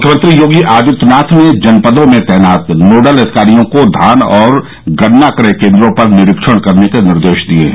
मुख्यमंत्री योगी आदित्यनाथ ने जनपदों में तैनात नोडल अधिकारियों को धान और गन्ना क्रय केन्द्रों पर निरीक्षण करने के निर्देश दिये हैं